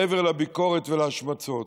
מעבר לביקורת ולהשמצות.